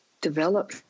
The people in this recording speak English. develop